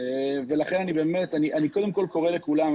אני קורא לכולם.